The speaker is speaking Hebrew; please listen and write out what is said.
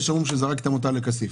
יש אומרים שזרקתם אותה לכסיף.